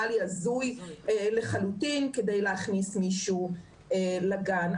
לי הזוי לחלוטין כדי להכניס מישהו לגן.